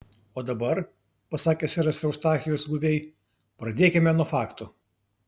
o dabar pasakė seras eustachijus guviai pradėkime nuo faktų